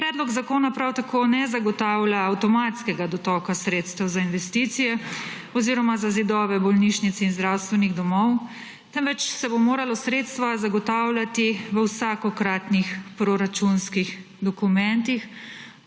Predlog zakona prav tako ne zagotavlja avtomatskega dotoka sredstev za investicije oziroma za zidove bolnišnic in zdravstvenih domov, temveč se bodo morala sredstva zagotavljati v vsakokratnih proračunskih dokumentih,